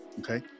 Okay